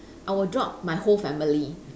I would drop my whole family